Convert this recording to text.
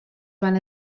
van